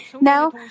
Now